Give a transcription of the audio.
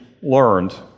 learned